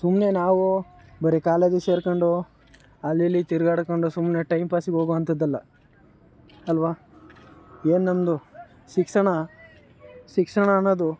ಸುಮ್ಮನೆ ನಾವೂ ಬರಿ ಕಾಲೇಜಿಗೆ ಸೇರಕೊಂಡು ಅಲ್ಲಿ ಇಲ್ಲಿ ತಿರ್ಗಾಡಿಕೊಂಡು ಸುಮ್ಮನೆ ಟೈಮ್ ಪಾಸಿಗೆ ಹೋಗುವಂಥದ್ದಲ್ಲ ಅಲ್ವ ಏನು ನಮ್ಮದು ಶಿಕ್ಷಣ ಶಿಕ್ಷಣ ಅನ್ನೋದು